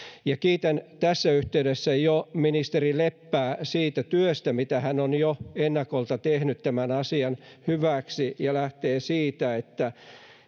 kiitän tässä yhteydessä ministeri leppää siitä työstä mitä hän on jo ennakolta tehnyt tämän asian hyväksi se lähtee siitä että